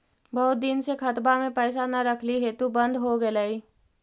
बहुत दिन से खतबा में पैसा न रखली हेतू बन्द हो गेलैय?